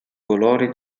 colori